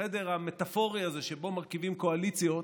החדר המטפורי הזה שבו מרכיבים קואליציות,